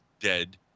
dead